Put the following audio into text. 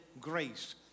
grace